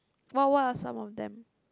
what what are some of them